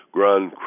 Grand